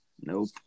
Nope